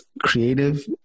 creative